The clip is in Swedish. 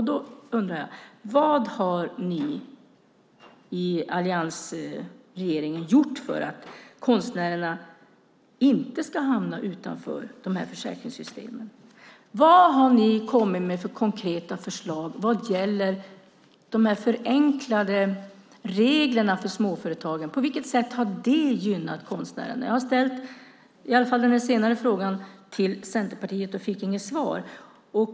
Då undrar jag: Vad har ni i alliansregeringen gjort för att konstnärerna inte ska hamna utanför de här försäkringssystemen? Vad har ni kommit med för konkreta förslag vad gäller de förenklade reglerna för småföretagen, och på vilket sätt har de gynnat konstnärerna? Jag har ställt i alla fall den senare frågan till Centerpartiet och inte fått något svar.